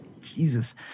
Jesus